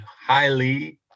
highly